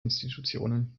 institutionen